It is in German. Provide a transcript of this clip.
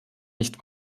nicht